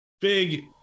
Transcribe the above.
big